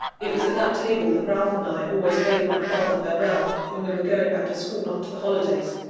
it was at that table that ralph and i always bade my father farewell, when we were going back to school after the holidays,